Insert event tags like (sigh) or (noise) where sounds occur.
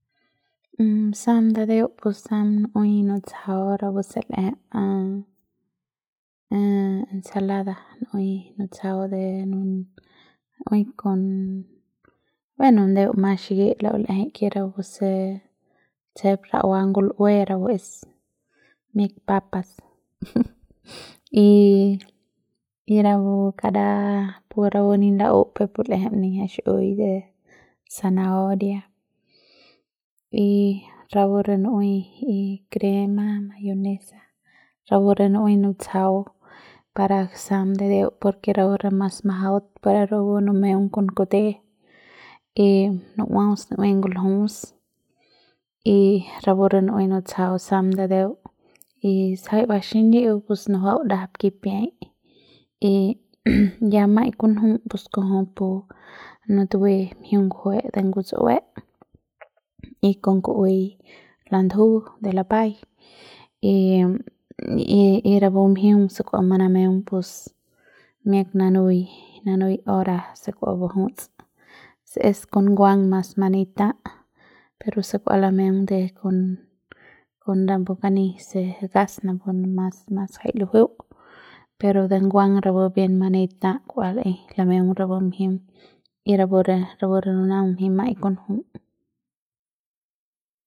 (hesitation) (noise) sam ndateu pus sam nu'ui nutsjaut rapu se l'ejei ensalada un'ui nutsjau de nu'ui kon bueno ndeumas xikit la'u l'eje ke rapu se tjsep ra'ua ngul'ue rapu es mi'iak papas (laughs) y rapu kara pus rapu ni la'u peuk pu l'eje niñja xi'iui de zanahoria y rapu re un'ui y crema, mayonesa rapu re nu'ui nutjsau para sam ndateu porke rapu re mas majaut pero rapu numeung kon kute y nuaus nu'ui nguljus y rapu re nu'ui nutsjau sam ndateuy sajai ba xiñi'u pus nujuau ndajap kipiai (noise) y ya ma'ai kunju pus kujupu nutue mjiung ngjue de ngutsue y kon ku'uei landju de lapai y y y rapu mjiung se kua manameung pus miak nanui na nui hora se kua bajuts si es kon nguang mas manei tá pero si kua lameung de kon kon napu kani se gas napu napu mas mas jai lujueu pero de nguang rapu bien mani tá kua le'ei lameung rapu mjiung y rapu re rapu re nunaung nji ma'ai kunju.